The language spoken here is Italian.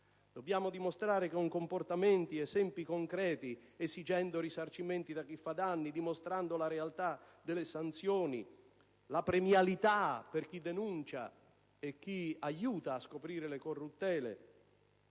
Dobbiamo dimostrare con comportamenti ed esempi concreti, esigendo risarcimenti da chi fa danni, la realtà delle sanzioni, la premialità per chi denuncia e chi aiuta a scoprire le corruttele.